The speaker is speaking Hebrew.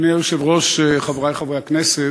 אדוני היושב-ראש, חברי חברי הכנסת,